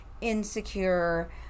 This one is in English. insecure